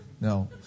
No